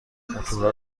موتورا